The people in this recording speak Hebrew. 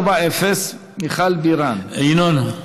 אדוני, סיימת את התשובה?